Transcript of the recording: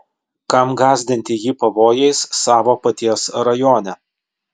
kam gąsdinti jį pavojais savo paties rajone